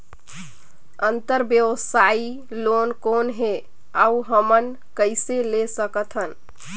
अंतरव्यवसायी लोन कौन हे? अउ हमन कइसे ले सकथन?